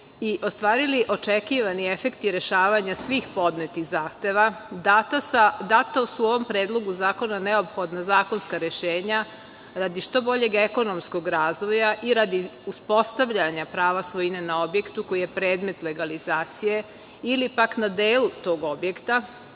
i ostvarili očekivani efekti rešavanja svih podnetih zahteva, data su u ovom predlogu zakona neophodna zakonska rešenja radi što boljeg ekonomskog razvoja i radi uspostavljanja prava svojine na objektu koji je predmet legalizacije ili pak na delu tog objekta,